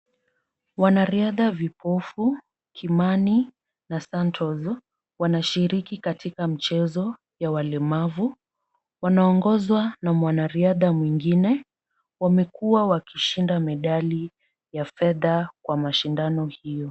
Wanariadha vipofu Kimani na Santov wanashiriki katika mchezo ya walemavu, wanaongozwa na mwanariadha mwengine. Wamekua wakishinda medali ya fedha kwa mashindano hio.